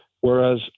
Whereas